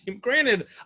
granted